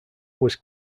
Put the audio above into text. was